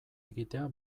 egitea